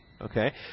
okay